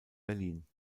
berlin